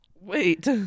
Wait